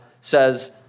says